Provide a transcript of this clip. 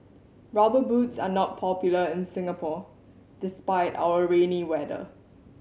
Rubber Boots are not popular in Singapore despite our rainy weather